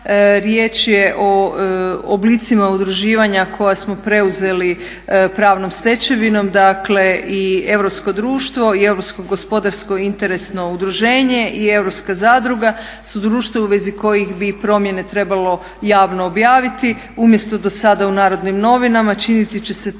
Riječ je o oblicima udruživanja koja smo preuzeli pravnom stečevinom, dakle i Europsko društvo i Europskog gospodarsko interesno udruženje i Europska zadruga su društva u vezi kojih bi promjene trebalo javno objaviti umjesto do sada u Narodnim novinama činiti će se to